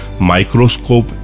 microscope